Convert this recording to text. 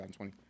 2020